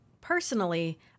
Personally